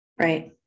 Right